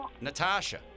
Natasha